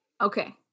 Okay